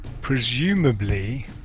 presumably